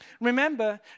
Remember